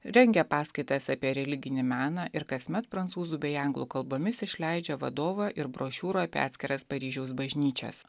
rengia paskaitas apie religinį meną ir kasmet prancūzų bei anglų kalbomis išleidžia vadovą ir brošiūrų apie atskiras paryžiaus bažnyčias